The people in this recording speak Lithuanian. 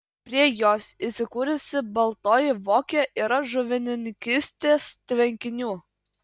prie jos įsikūrusi baltoji vokė yra žuvininkystės tvenkinių